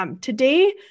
Today